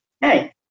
Hey